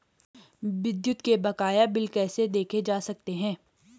विद्युत के बकाया बिल कैसे देखे जा सकते हैं?